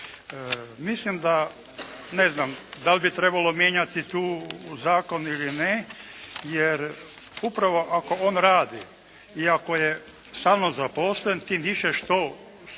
Mislim da, ne znam da li bi trebalo mijenjati tu zakon ili ne jer upravo ako on radi i ako je stalno zaposlen tim više što su